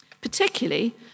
particularly